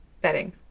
Bedding